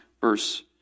verse